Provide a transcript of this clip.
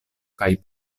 kaj